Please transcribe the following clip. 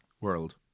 world